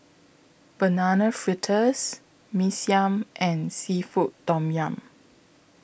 Banana Fritters Mee Siam and Seafood Tom Yum